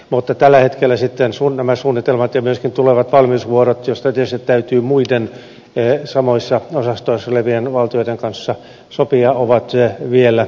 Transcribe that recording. mutta tällä hetkellä nämä suunnitelmat ja myöskin tulevat valmiusvuorot joista tietysti täytyy muiden samoissa osastoissa olevien valtioiden kanssa sopia ovat vielä avoimina